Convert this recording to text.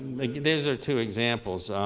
these are two examples.